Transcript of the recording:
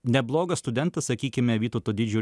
neblogas studentas sakykime vytauto didžiojo